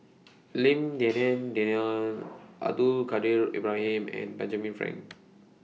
Lim Denan Denon Abdul Kadir Ibrahim and Benjamin Frank